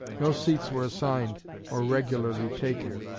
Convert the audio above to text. no seats were assigned or regularly taken.